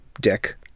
Dick